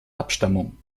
abstammung